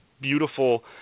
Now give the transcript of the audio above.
beautiful